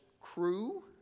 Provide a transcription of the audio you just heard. crew